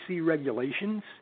regulations